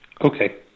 Okay